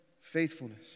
faithfulness